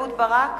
אהוד ברק,